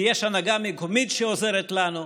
כי יש הנהגה מקומית שעוזרת לנו.